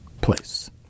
place